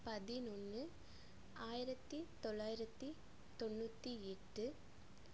பதினொன்று ஆயிரத்தி தொள்ளாயிரத்தி தொண்ணூற்றி எட்டு